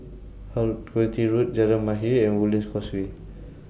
Quality Road Jalan Mahir and Woodlands Causeway